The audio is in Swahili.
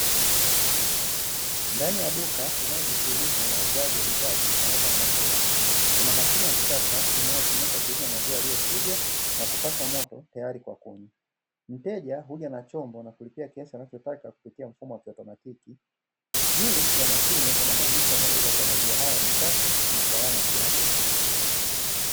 Ndani ya duka linalojishughulisha na uuzaji wa bidhaa zitokanazo na maziwa, kuna mashine ya kisasa inayotumika kuuza maziwa yaliyochujwa na kupashwa moto tayari kwa kunywa. Mteja huja na chombo na kulipia kiasi anachotaka kupitia mfumo wa kiautomatiki. Juu ya mashine kuna maandishi yanayoeleza kuwa maziwa haya ni safi na salama kiafya.